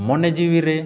ᱢᱚᱱᱮ ᱡᱤᱣᱤᱨᱮ